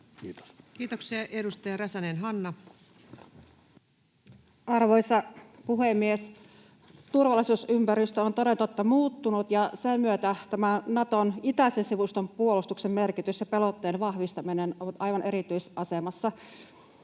Kiitoksia. — Edustaja Räsänen, Hanna. Arvoisa puhemies! Turvallisuusympäristö on toden totta muuttunut, ja sen myötä tämä Naton itäisen sivuston puolustuksen merkitys ja pelotteen vahvistaminen ovat aivan erityisasemassa. Liittokunnan